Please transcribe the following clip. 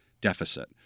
deficit